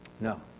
No